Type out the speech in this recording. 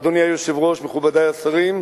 אדוני היושב-ראש, מכובדי השרים,